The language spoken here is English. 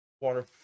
Water